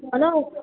அதுதான்